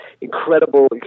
incredible